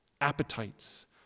appetites